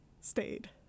stayed